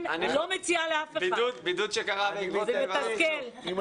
אנחנו מייצרים כאן דרמה אדירה עבור כל כיתות ה'-ו' בכל